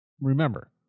remember